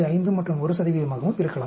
5 மற்றும் 1 ஆகவும் இருக்கலாம்